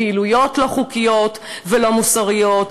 פעילויות לא חוקיות ולא מוסריות,